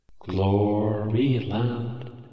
Gloryland